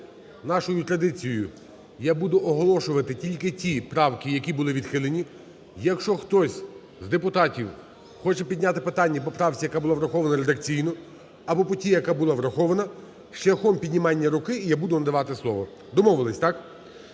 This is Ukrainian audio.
нашою традицією я буду оголошувати тільки ті правки, які були відхилені. Якщо хтось з депутатів хоче підняти питання по правці, яка була врахована редакційно, або по тій, яка була врахована, шляхом піднімання руки, я буду надавати слово. Домовились, так?